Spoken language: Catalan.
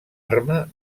arma